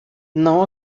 não